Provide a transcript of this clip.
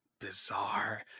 bizarre